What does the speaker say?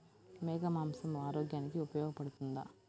మేక మాంసం ఆరోగ్యానికి ఉపయోగపడుతుందా?